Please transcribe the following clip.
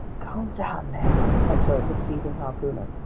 calm down, ned, i told the seething harpooner.